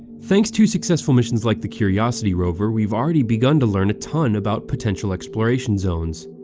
thanks to successful missions like the curiosity rover, we've already begun to learn a ton about potential exploration zones.